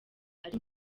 ari